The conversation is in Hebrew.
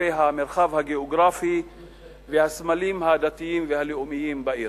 כלפי המרחב הגיאוגרפי והסמלים הדתיים והלאומיים בעיר.